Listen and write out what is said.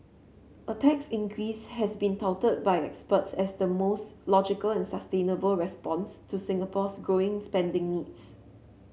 a tax increase has been touted by experts as the most logical and sustainable response to Singapore's growing spending needs